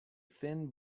thin